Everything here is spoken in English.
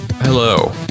Hello